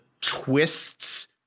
twists